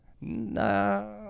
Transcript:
no